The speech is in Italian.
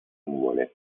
nuvole